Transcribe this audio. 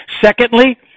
Secondly